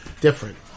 different